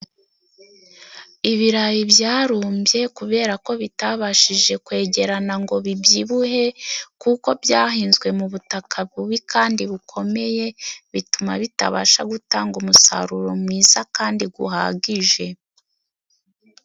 Ibirayi byarumbye kubera ko bitabashije kwegerana ngo bibyibuhe, kuko byahinzwe mu butaka bubi kandi bukomeye, bituma bitabasha gutanga umusaruro mwiza kandiguhagije.